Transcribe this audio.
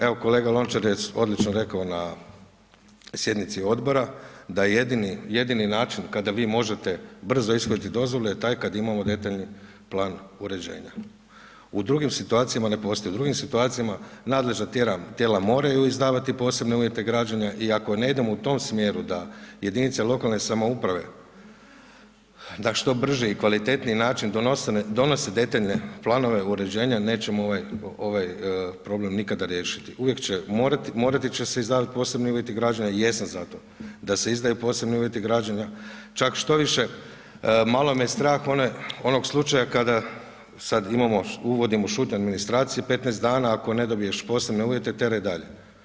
Evo kolega Lončar je odlično rekao na sjednici Odbora, da jedini način kada vi možete brzo ishoditi dozvolu je taj kad imamo detaljni plan uređenja, u drugim situacijama ne postoji, u drugim situacijama nadležna tijela moraju izdavati posebne uvjete građenja, i ako ne idemo u tom smjeru da jedinice lokalne samouprave da što brže i kvalitetniji način donose detaljne planove uređenja, nećemo ovaj problem nikada riješiti, uvijek će, morati će se izdavati posebni uvjeti građenja, jesam za to da se izdaju posebni uvjeti građenja, čak štoviše malo me strah one, onog slučaja kada, sad imamo, uvodimo, ... 15 dana ako ne dobiješ posebne uvjete, tjeraj dalje.